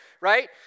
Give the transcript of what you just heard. right